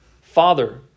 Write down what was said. Father